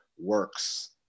works